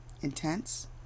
intense